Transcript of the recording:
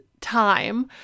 time